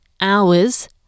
hours